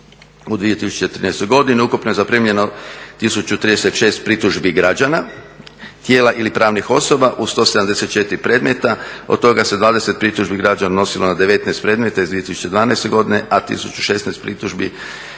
U 2013. godini ukupno je zaprimljeno 1036 pritužbi građana, tijela ili pravnih osoba, uz to 74 predmeta, od toga se 20 pritužbi građana odnosilo na 19 predmeta iz 2012. godine, a 1016 pritužbi na